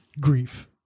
grief